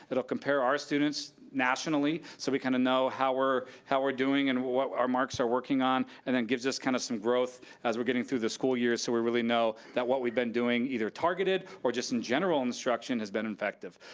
it'll compare our students nationally so we kind of know how we're how we're doing and what what our marks are working on, and it gives us kind of some growth as we're getting through the school year so we really know that what we've been doing, either targeted, or just in general instruction, has been effective.